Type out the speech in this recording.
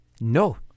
no